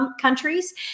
countries